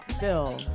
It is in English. bill